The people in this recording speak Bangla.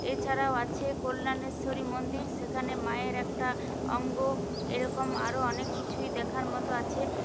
এছাড়াও আছে কল্যাণেশ্বরী মন্দির সেখানে মায়ের একটা অঙ্গ এরকম আরও অনেক কিছুই দেখার মতো আছে